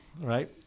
right